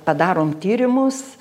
padarom tyrimus